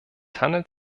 handelt